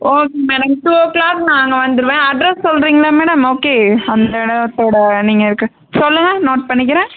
okay madam two o'clock நான் அங்கே வந்துடுவேன் அட்ரஸ் சொல்கிறிங்களா மேடம் ஓகே அந்த இடத்தோட நீங்கள் இருக்கிற சொல்லுங்க நோட் பண்ணிக்கிறேன்